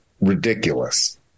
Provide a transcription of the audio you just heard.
ridiculous